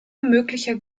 möglicher